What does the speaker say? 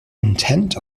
intent